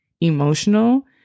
Emotional